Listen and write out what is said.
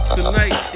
Tonight